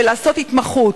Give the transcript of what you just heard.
ולעשות התמחות.